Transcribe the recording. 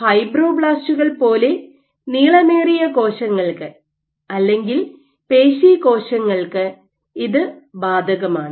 ഫൈബ്രോബ്ലാസ്റ്റുകൾ പോലെ നീളമേറിയ കോശങ്ങൾക്ക് അല്ലെങ്കിൽ പേശികോശങ്ങൾക്ക് ഇത് ബാധകമാണ്